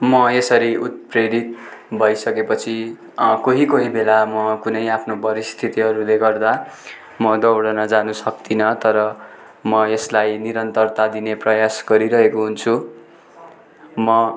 म यसरी उत्प्रेरित भइसकेपछि कोही कोहीबेला म कुनै आफ्नो परिस्थितिहरूले गर्दा म दौडन जानु सक्तिनँ तर म यसलाई निरन्तरता दिने प्रयास गरिरहेको हुन्छु म